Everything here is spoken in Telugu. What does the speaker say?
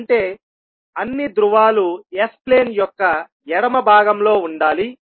అంటే అన్ని ధ్రువాలు S ప్లేన్ యొక్క ఎడమ భాగంలో ఉండాలి